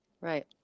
right